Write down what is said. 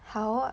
好啊